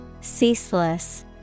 Ceaseless